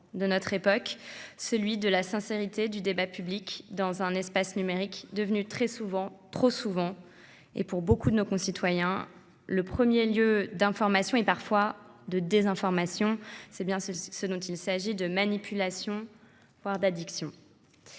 de notre époque, celui de la sincérité du débat public dans un espace numérique devenu très souvent, trop souvent, et pour beaucoup de nos concitoyens, le premier lieu d’information et parfois de désinformation, de manipulation, voire d’addiction.